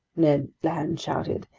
ned land shouted,